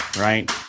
right